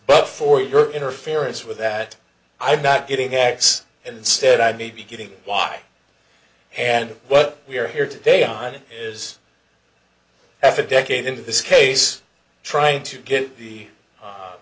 but for your interference with that i'm not getting x and instead i may be getting y and what we are here today on is half a decade in this case trying to get the